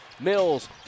Mills